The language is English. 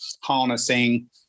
harnessing